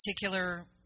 particular